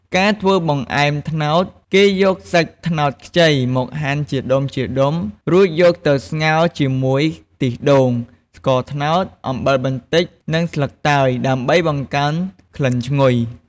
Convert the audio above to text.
ការធ្វើបង្អែមត្នោត គេយកសាច់ត្នោតខ្ចីមកហាន់ជាដុំៗ រួចយកទៅស្ងោរជាមួយខ្ទិះដូង ស្ករត្នោត អំបិលបន្តិច និងស្លឹកតើយ ដើម្បីបង្កើនក្លិនឈ្ងុយ។